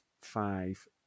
five